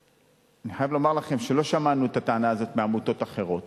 אני חייב לומר לכם שלא שמענו את הטענה הזאת מעמותות אחרות.